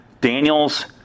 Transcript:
Daniels